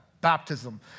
Baptism